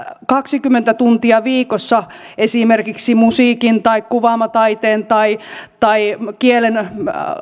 kaksikymmentä tuntia viikossa esimerkiksi musiikin tai kuvaamataiteen tai tai kielen